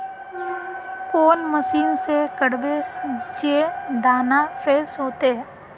कौन मशीन से करबे जे दाना फ्रेस होते?